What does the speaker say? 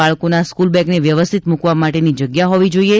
બાળકોના સ્કૂલ બેગને વ્યવસ્થિત મૂકવા માટેની જગ્યા હોવી જોઈએ